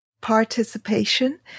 participation